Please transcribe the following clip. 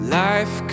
life